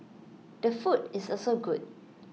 the food is also good